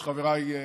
נחמן שי, חבר הכנסת.